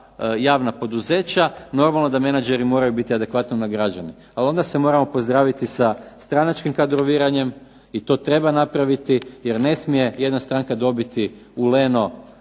javna poduzeća normalno da menadžeri moraju biti adekvatno nagrađeni. Ali onda se moramo pozdraviti sa stranačkim kadroviranjem i to treba napraviti jer ne smije jedna stranka dobiti u leno